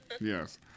Yes